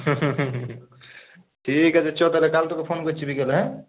ঠিক আছে চ তালে কাল তোকে ফোন করছি বিকালে হ্যাঁ